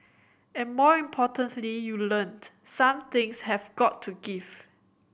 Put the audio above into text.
and more importantly you learn some things have got to give